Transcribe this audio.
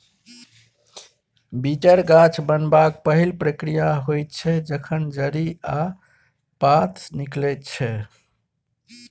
बीचर गाछ बनबाक पहिल प्रक्रिया होइ छै जखन जड़ि आ पात निकलै छै